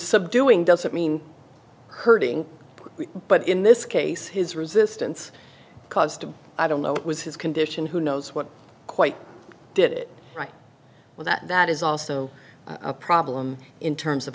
subduing doesn't mean hurting but in this case his resistance caused him i don't know it was his condition who knows what quite did it right with that that is also a problem in terms of